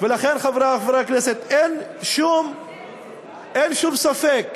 אין שום ספק